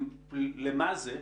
למה זה?